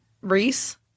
Reese